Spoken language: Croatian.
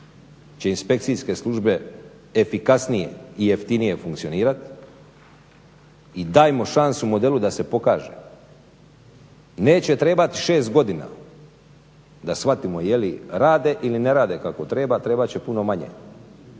će inspekcijske službe efikasnije i jeftinije funkcionirat i dajmo šansu modelu da se pokaže. Neće trebati 6 godina da shvatimo je li rade ili ne rade kako treba, trebat će puno manje.